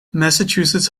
massachusetts